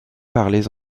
parlées